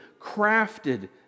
crafted